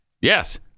Yes